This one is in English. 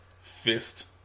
fist